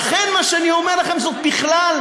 ולכן מה שאני אומר לכם, זאת בכלל,